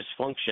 dysfunction